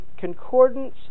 concordance